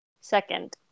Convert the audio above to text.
second